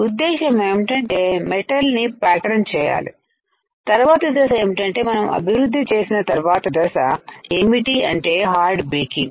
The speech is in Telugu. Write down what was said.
ఉద్దేశ్యం ఏంటంటే మెటల్ ని ప్యాటర్న్ చేయాలి తర్వాత దశ ఏంటంటే మనం అభివృద్ధి చేసిన తర్వాత దశ ఏమిటి అంటే హార్డ్ బేకింగ్